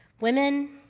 Women